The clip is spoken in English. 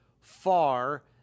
Far